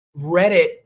Reddit